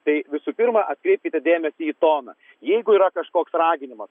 tai visų pirma atkreipkite dėmesį į toną jeigu yra kažkoks raginimas